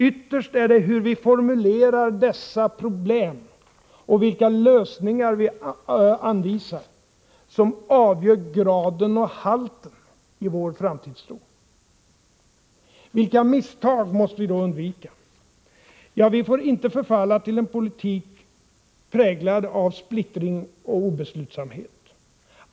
Ytterst är det hur vi formulerar dessa problem och vilka lösningar vi anvisar som avgör graden och halten i vår framtidstro. Vilka misstag måste vi då undvika? Ja, vi får inte förfalla till en politik präglad av splittring och obeslutsamhet.